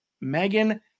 Megan